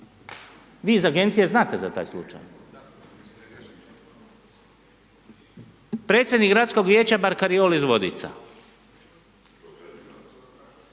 Vi iz agencije znate za taj slučaj. Predsjednik gradskog vijeća barkaroli iz Vodica